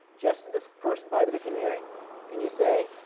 just to this first byte of the canary and you say,